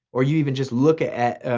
or you even just look at,